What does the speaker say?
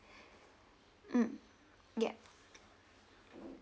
mm ya